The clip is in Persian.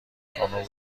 خانم